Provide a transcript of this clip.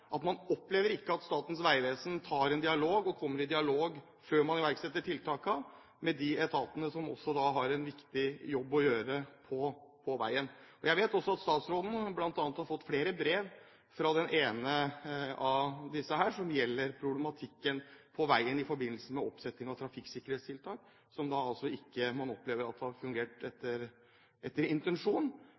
at man opplever at Statens vegvesen ikke tar en dialog med etater som også har en viktig jobb å gjøre på veien, før man iverksetter tiltakene. Jeg vet også at statsråden bl.a. har fått flere brev fra den ene av disse, som gjelder problematikken på veien i forbindelse med trafikksikkerhetstiltak, som man altså opplever ikke har fungert etter